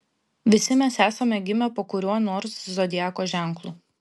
visi mes esame gimę po kuriuo nors zodiako ženklu